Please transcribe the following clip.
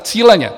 Cíleně.